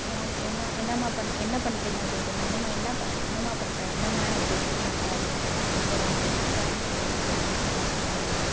வாம் என்ன என்னாம்மா பண் என்ன பண்ணுறீங்க அப்படிங்கிறது என்னாம்மா என்னாப் என்னாம்மா பண்ணுற என்னாம்மே அப்படி பண்ணுற அப்படின் கேட்பாங்க இதே வந்து உட்காருன் சொல்கிறக்கு வந்து குந்தும்மா அப்படின்பாங்க